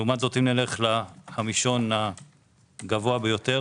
לעומת זאת, בחמישון הגבוה ביותר